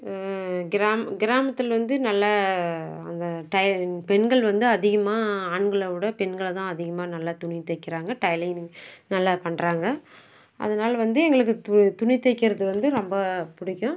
கிராம கிராமத்தில் வந்து நல்ல அந்த டைலரிங் பெண்கள் வந்து அதிகமாக ஆண்களை விட பெண்களை தான் அதிகமாக நல்ல துணி தைக்கிறாங்க டைலரிங் நல்லா பண்ணுறாங்க அதனால் வந்து எங்களுக்கு து துணி தைக்கிறது வந்து ரொம்ப பிடிக்கும்